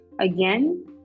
Again